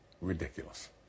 ridiculous